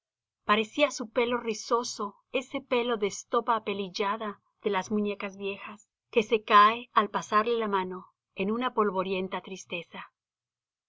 parecía su pelo rizoso ese pelo de estopa apelillada de las muñecas viejas que se cae al pasarle la mano en una polvorienta tristeza